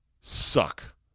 Suck